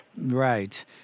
Right